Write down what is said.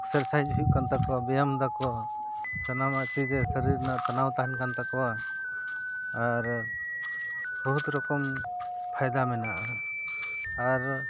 exercise ᱦᱩᱭᱩᱜ ᱠᱟᱱ ᱛᱟᱠᱚᱣᱟ ᱵᱮᱭᱟᱢ ᱫᱟᱠᱚ ᱥᱟᱱᱟᱢᱟᱜ ᱪᱮᱫ ᱡᱮ ᱥᱟᱹᱨᱤᱨ ᱨᱮᱱᱟᱜ ᱴᱟᱱᱟᱣ ᱛᱟᱦᱮᱱ ᱠᱟᱱ ᱛᱟᱠᱚᱣᱟ ᱟᱨ ᱵᱚᱦᱩᱛ ᱨᱚᱠᱚᱢ ᱯᱷᱟᱭᱫᱟ ᱢᱮᱱᱟᱜᱼᱟ ᱟᱨ